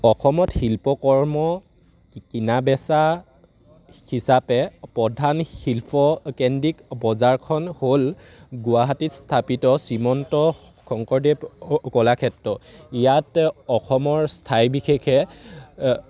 অসমত শিল্পকৰ্ম কিনা বেচা হিচাপে প্ৰধান শিল্পকেন্দ্ৰিক বজাৰখন হ'ল গুৱাহাটীত স্থাপিত শ্ৰীমন্ত শংকৰদেৱ কলাক্ষেত্ৰ ইয়াত অসমৰ বিশেষে